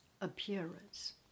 appearance